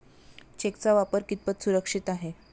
चेकचा वापर कितपत सुरक्षित आहे?